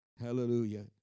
Hallelujah